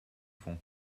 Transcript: fond